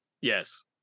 Yes